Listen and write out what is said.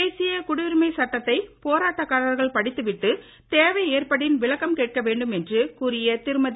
தேசிய குடியுரிமைச் சட்டத்தை போராட்டக்காரர்கள் படித்துவிட்டு தேவை ஏற்படின் விளக்கம் கேட்க வேண்டும் என்று கூறிய திருமதி